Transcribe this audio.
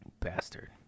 Bastard